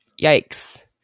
yikes